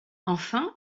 enfin